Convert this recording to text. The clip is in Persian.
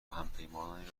همپیمانی